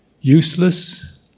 Useless